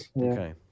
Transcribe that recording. Okay